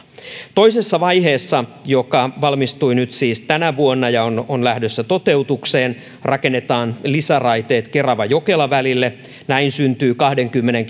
toisessa vaiheessa joka valmistui nyt siis tänä vuonna ja jossa hanke on lähdössä toteutukseen rakennetaan lisäraiteet kerava jokela välille näin syntyy kahdenkymmenen